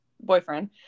boyfriend